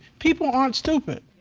people aren't stupid.